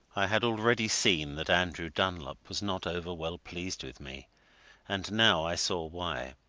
i had already seen that andrew dunlop was not over well pleased with me and now i saw why.